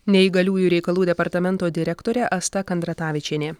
neįgaliųjų reikalų departamento direktorė asta kandratavičienė